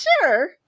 sure